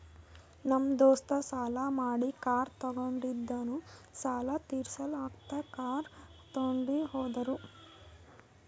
ನಮ್ ದೋಸ್ತ ಸಾಲಾ ಮಾಡಿ ಕಾರ್ ತೊಂಡಿನು ಸಾಲಾ ತಿರ್ಸಿಲ್ಲ ಅಂತ್ ಕಾರ್ ತೊಂಡಿ ಹೋದುರ್